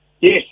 Yes